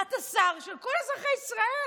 אתה שר של כל אזרחי ישראל.